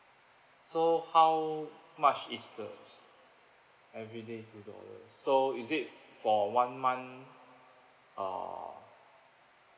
so how much is the everyday two dollars so is it for one month uh